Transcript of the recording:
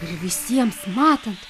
ir visiems matant